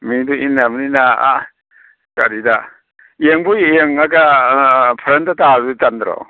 ꯃꯤꯗꯨ ꯏꯟꯅꯕꯅꯤꯅ ꯑꯥ ꯀꯔꯤꯗ ꯌꯦꯡꯕꯨ ꯌꯦꯡꯉꯒ ꯐꯖꯔꯝꯗ ꯇꯥꯔꯗꯤ ꯇꯟꯗ꯭ꯔꯣ